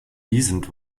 descent